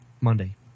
Monday